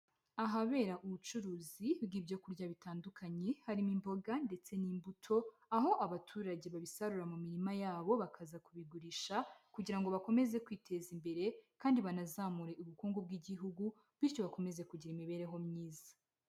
Ahabera ubucuruzi bw'ibyo kurya bitandukanye, harimo imboga ndetse n'imbuto, aho abaturage babisarura mu mirima yabo bakaza kubigurisha kugira ngo bakomeze kwiteza imbere kandi banazamure ubukungu bw'Igihugu bityo bakomeze kugira imibereho myiza.